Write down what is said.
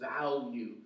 value